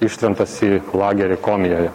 ištremtas į lagerį komijoje